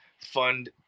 fund